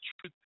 truth